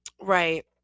right